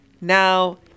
Now